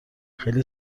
خیلی